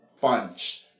punch